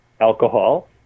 alcohol